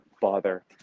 bother